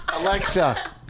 Alexa